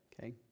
okay